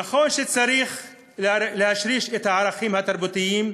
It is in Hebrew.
נכון שצריך להשריש את הערכים התרבותיים,